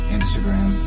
Instagram